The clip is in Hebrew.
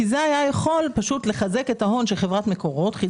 כי זה היה יכול לחזק את ההון של חברת מקורות.